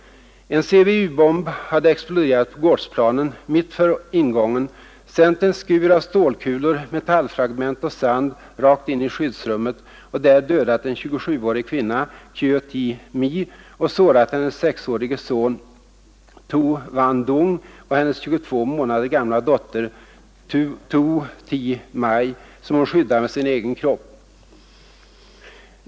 En CBU-bomb hade exploderat på gårdsplanen mitt för ingången, sänt en skur av stålkulor, metallfragment och sand rakt in i skyddsrummet och där dödat en 27-årig kvinna, Kieu Thi My, och sårat hennes sexårige son, Tu Van Dung, och hennes 22 månader gamla dotter, Thu Thi May, som hon skyddade med sin egen kropp.